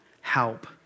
help